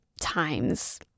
times